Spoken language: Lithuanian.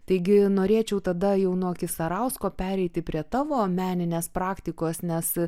taigi norėčiau tada jau nuo kisarausko pereiti prie tavo meninės praktikos nes